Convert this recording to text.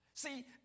See